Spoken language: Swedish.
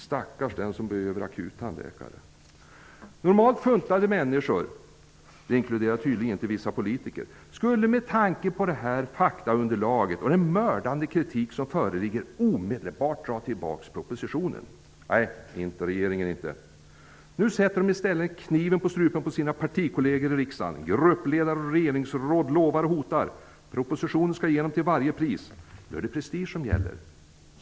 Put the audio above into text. Stackars den som akut behöver tandläkare! Normalt funtade människor -- det inkluderar tydligen inte vissa politiker -- skulle med tanke på det faktaunderlag och den mördande kritik som föreligger omedelbart dra tillbaka propositionen. Inte regeringen inte! Nu sätter den i stället kniven på strupen på sina partikolleger i riksdagen. Gruppledare och statsråd lovar och hotar. Propositionen skall igenom till varje pris. Nu är det prestige som gäller!